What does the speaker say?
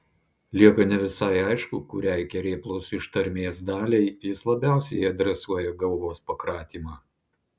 lieka ne visai aišku kuriai kerėplos ištarmės daliai jis labiausiai adresuoja galvos pakratymą